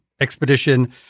expedition